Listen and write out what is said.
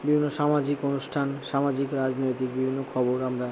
বিভিন্ন সামাজিক অনুষ্ঠান সামাজিক রাজনৈতিক বিভিন্ন খবর আমরা